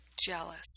jealous